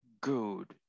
good